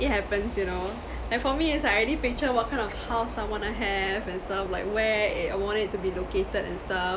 it happens you know like for me is like I already picture what kind of house I want to have and stuff like where I want it to be located and stuff